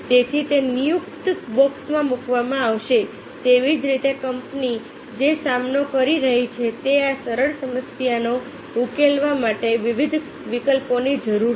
તેથી તે નિયુક્ત બોક્સમાં મૂકવામાં આવશે તેવી જ રીતે કંપની જે સામનો કરી રહી છે તે આ સરળ સમસ્યાને ઉકેલવા માટે વિવિધ વિકલ્પોની જરૂર છે